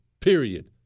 Period